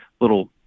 little